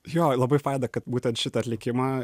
jo labai faina kad būtent šitą atlikimą